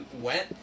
went